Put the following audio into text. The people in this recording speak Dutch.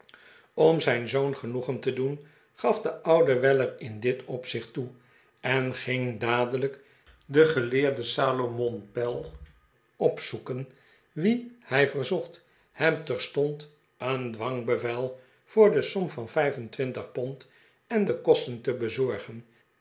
om zijn zoon genoegen te doen gaf de oude weller in dit opzicht toe en ging dadelijk den geleerden salomon pell opzoeken wien hij verzocht hem terstond een dwangbevel voor de som van vijf en twintig pond en de kosten te bezorgen